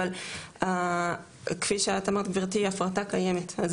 אבל כפי שאת אמרת גברתי הפרטה קיימת אז